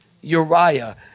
Uriah